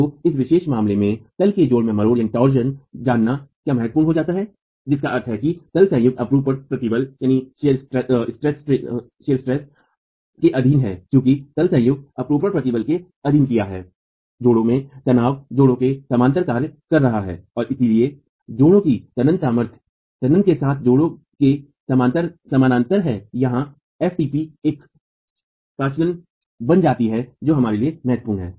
तो इस विशेष मामले में तल के जोड़ों में मरोड़ जानना क्या महत्वपूर्ण हो जाता है जिसका अर्थ है कि तल संयुक्त अपरूपण प्रतिबल के अधीन है और चूंकि तल संयुक्त अपरूपण प्रतिबल के अधीन किया है जोड़ों में तनाव जोड़ों के समानांतर कार्य कर रहा है और इसलिए जोड़ों की तनन सामर्थ्य तनन के साथ जोड़ों के सामान्तर है या ftp एक प्राचल बन जाती है जो हमारे लिए महत्वपूर्ण है